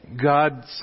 God